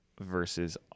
versus